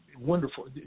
wonderful